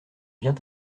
vient